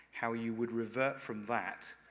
how you would revert from that,